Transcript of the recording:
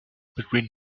between